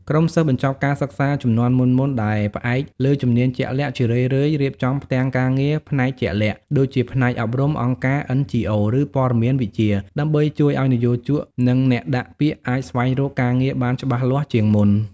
ក្រុមសិស្សបញ្ចប់ការសិក្សាជំនាន់មុនៗ ដែលផ្អែកលើជំនាញជាក់លាក់ ជារឿយៗរៀបចំផ្ទាំងការងារផ្នែកជាក់លាក់ ដូចជាផ្នែកអប់រំ អង្គការ NGO ឬព័ត៌មានវិទ្យា ដើម្បីជួយឱ្យនិយោជក និងអ្នកដាក់ពាក្យអាចស្វែងរកការងារបានច្បាស់លាស់ជាងមុន។